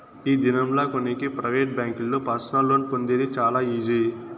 ఈ దినం లా కొనేకి ప్రైవేట్ బ్యాంకుల్లో పర్సనల్ లోన్ పొందేది చాలా ఈజీ